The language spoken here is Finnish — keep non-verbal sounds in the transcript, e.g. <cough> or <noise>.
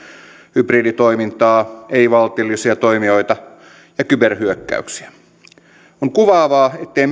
hybriditoimintaa ei valtiollisia toimijoita ja kyberhyökkäyksiä on kuvaavaa ettei <unintelligible>